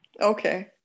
Okay